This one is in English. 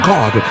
God